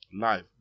life